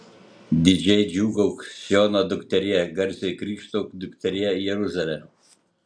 didžiai džiūgauk siono dukterie garsiai krykštauk dukterie jeruzale